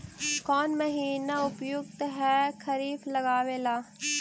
कौन महीना उपयुकत है खरिफ लगावे ला?